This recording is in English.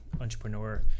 entrepreneur